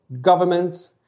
governments